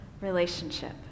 relationship